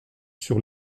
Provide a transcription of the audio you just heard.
sur